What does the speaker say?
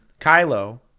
Kylo